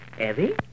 Evie